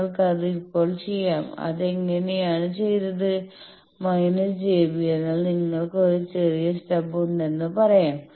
നിങ്ങൾക്കത് ഇപ്പോൾ ചെയ്യാം അത് എങ്ങനെയാണ് ചെയ്തത് j B എന്നാൽ നിങ്ങൾക്ക് ഒരു ചെറിയ സ്റ്റബ് ഉണ്ടെന്ന് പറയാം